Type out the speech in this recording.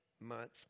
month